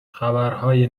خبرهای